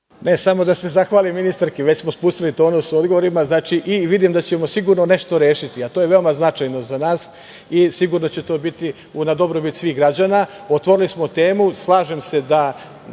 Samo da se zahvalim ministarki. Već smo spustili tonus sa odgovorima i vidim da ćemo sigurno nešto rešiti, a to je veoma značajno za nas i sigurno će to biti na dobrobit svih građana. Otvorili smo temu. Slažem se da